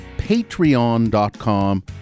patreon.com